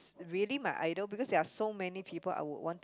really my idol because there are so many people I would want